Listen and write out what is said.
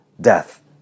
death